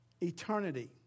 Eternity